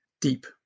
deep